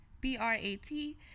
b-r-a-t